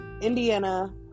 Indiana